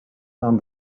found